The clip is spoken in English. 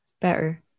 better